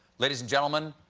ladies and gentlemen,